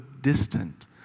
distant